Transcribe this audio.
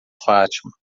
fátima